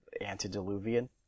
antediluvian